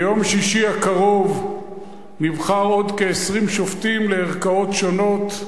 ביום שישי הקרוב נבחר עוד כ-20 שופטים לערכאות שונות.